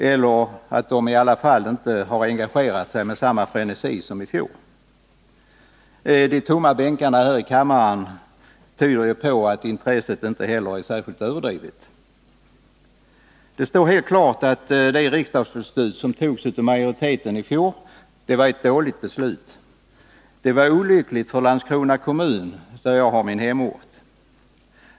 De har i alla fall inte engagerat sig med samma frenesi som i fjol. De tomma bänkarna här i kammaren tyder på att intresset inte heller är särskilt överdrivet. Det står helt klart att det riksdagsbeslut som fattades av majoriteten i fjol var ett dåligt beslut. Det var olyckligt för Landskrona kommun, där jag har min hemort.